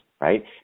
right